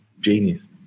genius